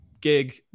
gig